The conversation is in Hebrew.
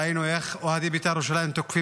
ראינו איך אוהדי בית"ר ירושלים תוקפים